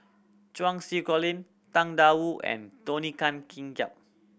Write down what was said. Cheng Xinru Colin Tang Da Wu and Tony Tan Keng